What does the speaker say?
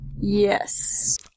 Yes